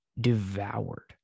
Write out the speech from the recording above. devoured